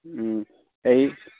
হেৰি